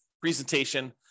presentation